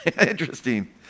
Interesting